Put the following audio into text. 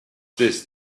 this